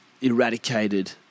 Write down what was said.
eradicated